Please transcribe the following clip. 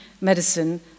medicine